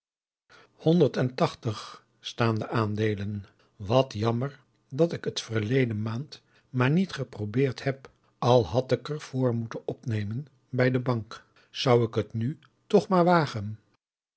tachtig staan de aandeelen wat jammer dat ik het verleden maand maar niet geprobeerd heb al had ik er voor moeten opnemen bij de bank zou ik het nu tch maar wagen